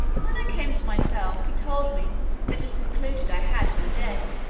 when i came to myself, he told me that he concluded i had been dead